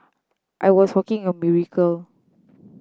I was walking a miracle